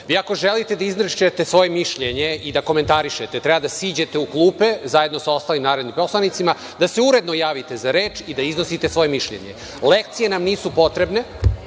ako želite da izrazite svoje mišljenje i da komentarišete, treba da siđete u klupe, zajedno sa ostalim narodnim poslanicima, da se uredno javite za reč i da iznesete svoje mišljenje. Lekcije nam nisu potrebne…